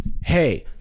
Hey